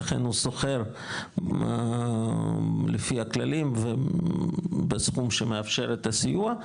שהוא אכן שוכר לפי הכללים ובסכום שמאפשר את הסיוע.